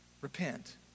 repent